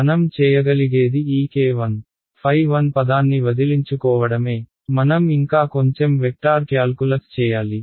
మనం చేయగలిగేది ఈ k1ɸ1 పదాన్ని వదిలించుకోవడమే మనం ఇంకా కొంచెం వెక్టార్ క్యాల్కులస్ చేయాలి